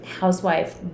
housewife